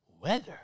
weather